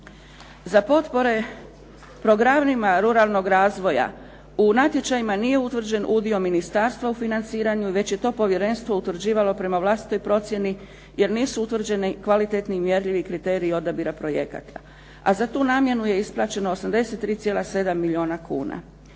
Za potpore programima ruralnog razvoja u najtečajima nije utvrđen udio ministarstva u financiranju već je to povjerenstvo utvrđivalo prema vlastitoj procjeni jer nisu utvrđeni kvalitetni i mjerljivi kriteriji odabira projekata. A za tu namjenu je isplaćeno 83,7 milijuna kuna.